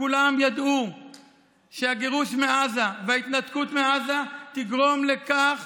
וכולם ידעו שהגירוש מעזה וההתנתקות מעזה יגרמו לכך